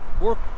work